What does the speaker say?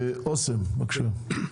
אסם בבקשה,